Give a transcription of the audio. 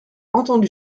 entendu